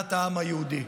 מדינת העם היהודי.